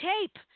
tape